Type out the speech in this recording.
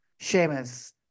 Seamus